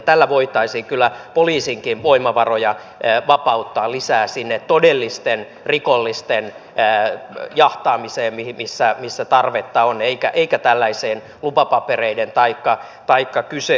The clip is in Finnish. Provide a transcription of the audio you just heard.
tällä voitaisiin kyllä poliisinkin voimavaroja vapauttaa lisää sinne todellisten rikollisten jahtaamiseen missä tarvetta on eikä tällaiseen lupapapereiden taikka kysymysten pyörittämiseen